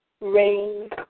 rain